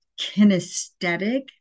kinesthetic